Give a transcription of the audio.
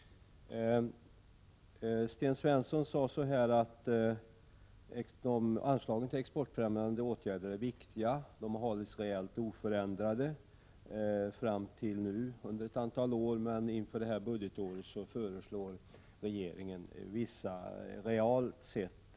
Sten Svensson sade att anslagen till exportfrämjande åtgärder är viktiga och att de under ett antal år har hållits oförändrade realt sett, men att regeringen inför detta budgetår föreslår vissa minskningar. Detta uppfattar — Prot.